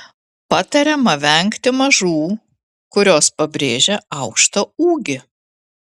patariama vengti mažų kurios pabrėžia aukštą ūgį